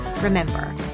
Remember